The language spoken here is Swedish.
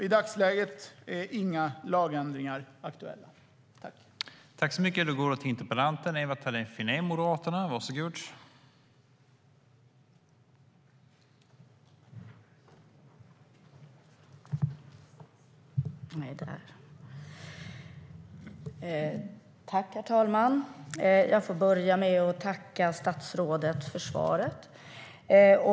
I dagsläget är inga lagändringar aktuella.